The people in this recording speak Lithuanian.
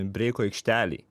breiko aikštelėj